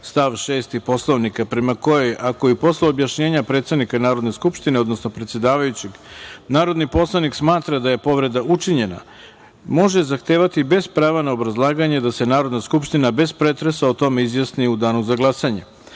stav 6. Poslovnika, prema kojoj ako i posle objašnjenja predsednika Narodne skupštine, odnosno predsedavajućeg, narodni poslanik smatra da je povreda učinjena, može zahtevati, bez prava na odlaganje, da se Narodna skupština, bez pretresa, o tome izjasni u Danu za